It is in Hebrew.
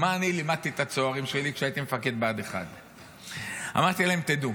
מה אני לימדתי את הצוערים שלי כשהייתי מפקד בה"ד 1. אמרתי להם: תדעו,